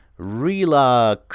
Rila